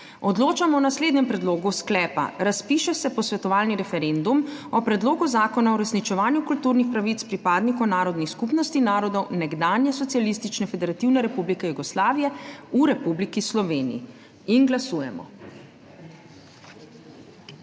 Odločamo o naslednjem predlogu sklepa: Razpiše se posvetovalni referendum o Predlogu zakona o uresničevanju kulturnih pravic pripadnikov narodnih skupnosti narodov nekdanje Socialistične federativne Republike Jugoslavije v Republiki Sloveniji. Glasujemo.